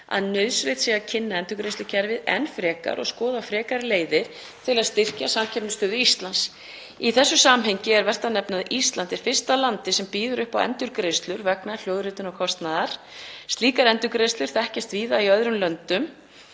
að nauðsynlegt sé að kynna endurgreiðslukerfið enn frekar og skoða frekari leiðir til að styrkja samkeppnisstöðu Íslands. Í þessu samhengi er vert að nefna að Ísland er fyrsta landið sem býður upp á endurgreiðslur vegna hljóðritunarkostnaðar. Slíkar endurgreiðslur þekkjast víða í öðrum greinum